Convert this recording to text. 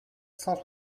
cent